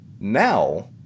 Now